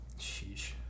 Sheesh